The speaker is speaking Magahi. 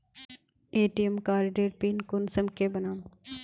ए.टी.एम कार्डेर पिन कुंसम के बनाम?